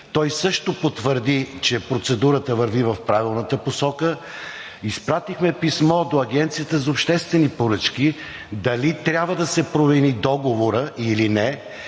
той също потвърди, че процедурата върви в правилната посока, изпратихме писмо до Агенцията за обществени поръчки дали трябва да се промени договорът или не